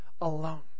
alone